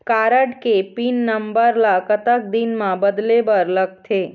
Card के pin number ला कतक दिन म बदले बर लगथे?